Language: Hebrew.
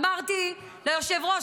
אמרתי ליושב-ראש,